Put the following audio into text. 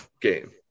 game